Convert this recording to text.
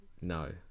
No